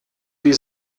die